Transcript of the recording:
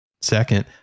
Second